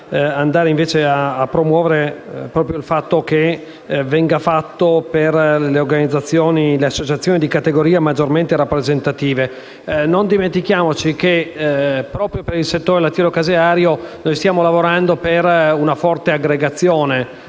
Non dimentichiamo che, proprio per il settore lattiero-caseario, stiamo lavorando per una forte aggregazione